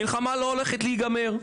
המלחמה לא הולכת להיגמר.